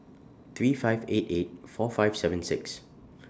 three five eight eight four five seven six